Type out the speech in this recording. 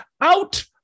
out